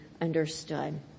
understood